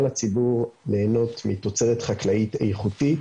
הציבור ליהנות מתוצרת חקלאית איכותית,